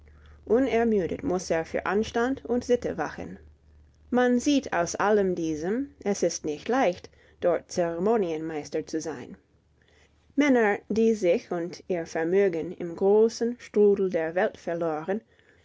unermüdet muß er für anstand und sitte wachen man sieht aus allem diesem es ist nicht leicht dort zeremonienmeister zu sein männer die sich und ihr vermögen im großen strudel der welt verloren